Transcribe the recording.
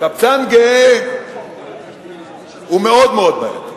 קבצן גאה הוא מאוד מאוד בעייתי.